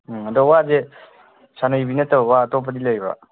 ꯑꯗꯣ ꯋꯥꯁꯦ ꯁꯥꯅꯩꯕꯤ ꯅꯠꯇꯕ ꯋꯥ ꯑꯇꯣꯞꯄꯗꯤ ꯂꯩꯕ꯭ꯔꯥ